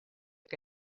que